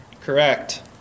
Correct